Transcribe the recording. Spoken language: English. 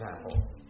example